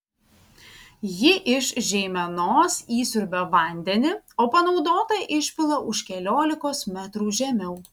ji iš žeimenos įsiurbia vandenį o panaudotą išpila už keliolikos metrų žemiau